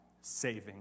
saving